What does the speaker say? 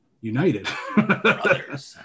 united